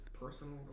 personal